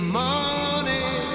morning